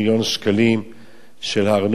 של הארנונה על כל אותם המקומות,